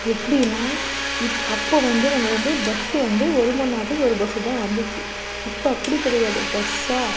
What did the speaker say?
எப்படின்னா இப் அப்போ வந்து நம்ம வந்து பஸ்ஸு வந்து ஒரு மணிநேரத்துக்கு ஒரு பஸ்ஸு தான் வந்துச்சு இப்போ அப்படி கிடையாது பஸ்ஸாக